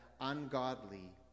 ungodly